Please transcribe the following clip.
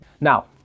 Now